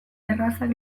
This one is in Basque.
errazak